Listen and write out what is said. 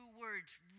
words